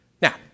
Now